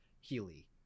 Healy